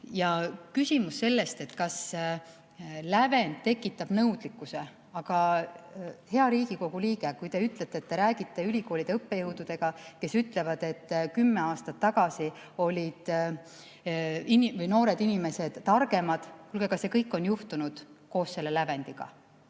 lõpus. Küsimus selle kohta, kas lävend tekitab nõudlikkuse. Aga, hea Riigikogu liige! Te ütlete, et te räägite ülikoolide õppejõududega, kes ütlevad, et kümme aastat tagasi olid noored inimesed targemad. Kuulge, aga see kõik on juhtunud ka selle lävendi